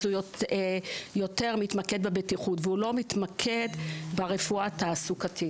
אז הוא יותר מתמקד בבטיחות והוא לא מתמקד ברפואה תעסוקתית.